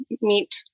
meet